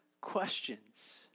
questions